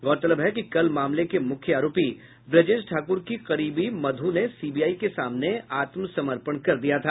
गौरतलब है कि कल मामले के मुख्य आरोपी ब्रजेश ठाकुर की करीबी मधु ने सीबीआई के सामने आत्मसमर्पण कर दिया था